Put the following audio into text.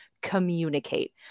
communicate